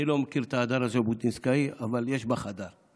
אני לא מכיר את ההדר הז'בוטינסקאי, אבל יש בך הדר.